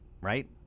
right